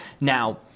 Now